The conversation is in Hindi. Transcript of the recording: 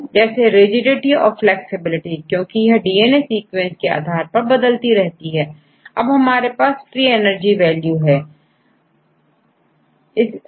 जैसेrigidity और फ्लैक्सिबिलिटी क्योंकि यह डीएनए सीक्वेंस के आधार पर बदलती रहती है अब हमारे पास फ्री एनर्जी वैल्यू है Gहै